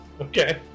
Okay